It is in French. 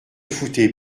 foutaient